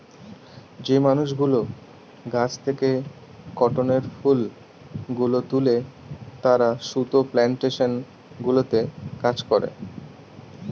যে মানুষগুলো গাছ থেকে কটনের ফুল গুলো তুলে তারা সুতা প্লানটেশন গুলোতে কাজ করে